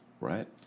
right